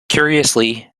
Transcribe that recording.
curiously